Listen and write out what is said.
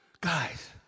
Guys